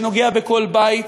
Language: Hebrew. שנוגע בכל בית,